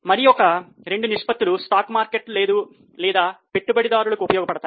మరి ఒక లేదా రెండు నిష్పత్తులు స్టాక్ మార్కెట్లు లేదా పెట్టుబడిదారులకు ఉపయోగపడతాయి